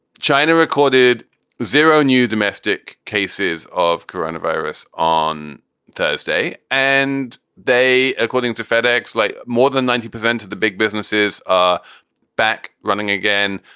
china recorded zero new domestic cases of coronavirus on thursday and day, according to fedex. like more than ninety percent of the big businesses are back running again.